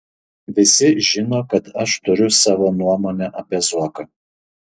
visi žino kad aš turiu savo nuomonę apie zuoką